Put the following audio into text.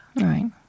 Right